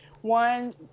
one